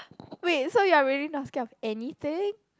wait so you are really not scared of anything